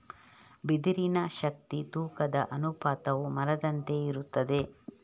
ಬಿದಿರಿನ ಶಕ್ತಿ ತೂಕದ ಅನುಪಾತವು ಮರದಂತೆಯೇ ಇರುತ್ತದೆ